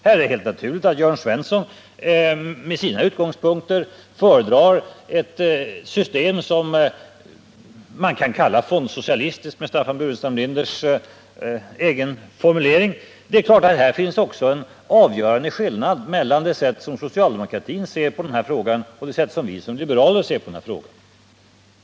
Det är helt naturligt att Jörn Svensson med sina utgångspunkter föredrar ett system som man med Staffan Burenstam Linders formulering kan kalla fondsocialistiskt. Det finns också en avgörande skillnad mellan socialdemokraternas sätt att se på den här frågan och det sätt på vilket vi som liberaler ser på den.